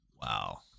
Wow